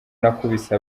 nakubise